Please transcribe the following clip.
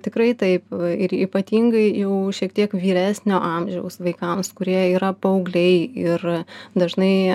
tikrai taip ir ypatingai jau šiek tiek vyresnio amžiaus vaikams kurie yra paaugliai ir dažnai